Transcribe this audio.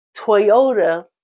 Toyota